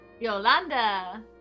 Yolanda